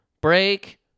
break